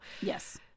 Yes